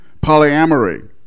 Polyamory